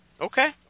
Okay